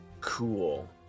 Cool